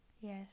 yes